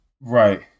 Right